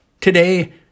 Today